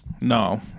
No